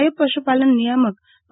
નાયબ પશુપાલન નિયામક ડો